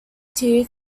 tear